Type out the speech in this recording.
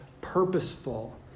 purposeful